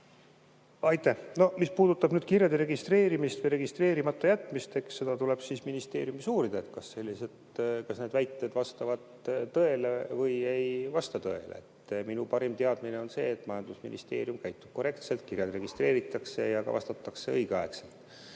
Aitäh! Mis puudutab kirjade registreerimist või registreerimata jätmist, eks seda tuleb ministeeriumis uurida, et kas need väited vastavad tõele või ei vasta tõele. Minu parim teadmine on see, et majandusministeerium käitub korrektselt, kirjad registreeritakse ja neile vastatakse õigel ajal.